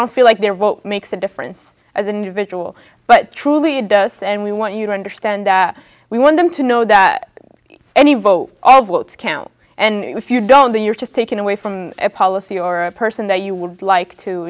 don't feel like their vote makes a difference as an individual but truly it does and we want you to understand we want them to know that any vote all votes count and if you don't then you're just taking away from a policy or person that you would like to